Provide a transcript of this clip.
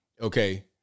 Okay